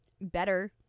better